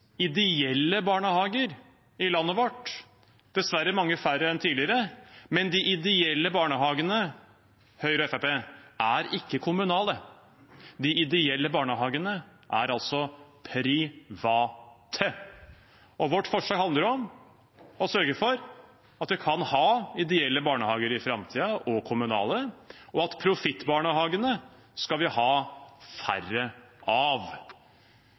ideelle barnehager i landet vårt – dessverre mange færre enn tidligere – men Høyre og Fremskrittspartiet: De ideelle barnehagene er ikke kommunale, de ideelle barnehagene er altså private. Vårt forslag handler om å sørge for at vi kan ha ideelle – og kommunale – barnehager i framtiden, og at profittbarnehagene skal vi ha færre av.